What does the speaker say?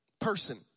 person